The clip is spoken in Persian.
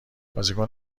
بازیکن